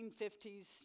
1950s